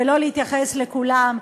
ולא להתייחס לכולם כאיום,